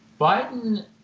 Biden